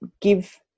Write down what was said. give